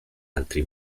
altri